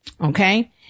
Okay